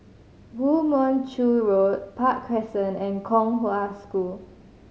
Woo Mon Chew Road Park Crescent and Kong Hwa School